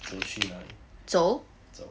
走去哪里走